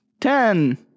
Ten